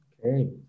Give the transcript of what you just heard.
Okay